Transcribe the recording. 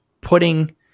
putting